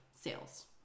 sales